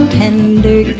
tender